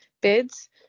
bids